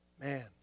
Man